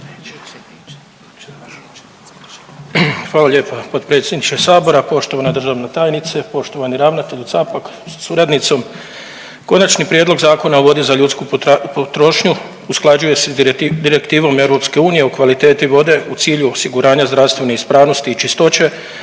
Hvala lijepa potpredsjedniče Sabora. Poštovana državna tajnice, poštovani ravnatelju Capak sa suradnicom. Konačni prijedlog Zakona o vodi za ljudsku potrošnju usklađuje se Direktivom EU o kvaliteti vode u cilju osiguranja zdravstvene ispravnosti i čistoće,